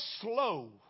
slow